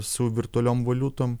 su virtualiom voliutom